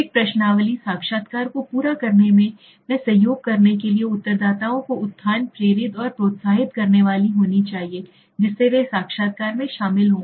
एक प्रश्नावली साक्षात्कार को पूरा करने मैं सहयोग करने के लिए उत्तरदाताओं को उत्थान प्रेरित और प्रोत्साहित करनीवाली होनी चाहिए जिससे वे साक्षात्कार में शामिल हो